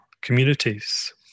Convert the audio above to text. communities